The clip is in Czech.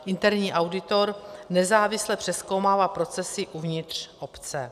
Interní auditor nezávisle přezkoumává procesy uvnitř obce.